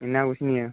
ਇੰਨਾਂ ਕੁਝ ਨਹੀਂ ਹੈ